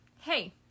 hey